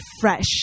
fresh